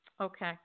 Okay